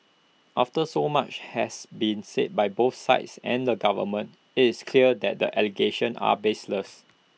after so much has been said by both sides and the government IT is clear that the allegations are baseless